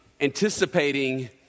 anticipating